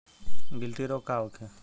गिलटी रोग का होखे?